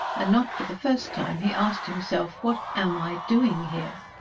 and not for the first time he asked himself what am i doing here?